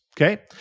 Okay